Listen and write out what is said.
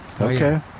Okay